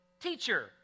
Teacher